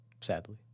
sadly